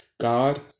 God